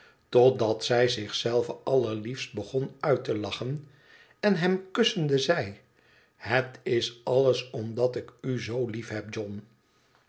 totdat zij zich zelve allerliefst begon uit te lachen en hem kussende zeide het is alles omdat ik u zoo liefheb ohn